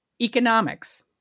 economics